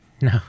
No